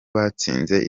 batsinze